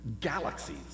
galaxies